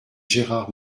gérard